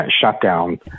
shutdown